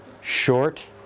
Short